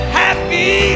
happy